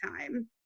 time